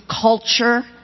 culture